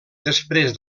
després